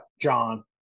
John